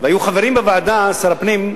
והיו חברים בוועדה, שר הפנים,